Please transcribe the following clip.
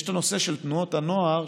יש הנושא של תנועות הנוער,